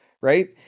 right